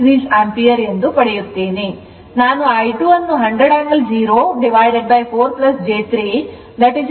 2o ampere ಎಂದು ಪಡೆಯುತ್ತೇನೆ